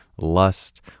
lust